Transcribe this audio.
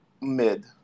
mid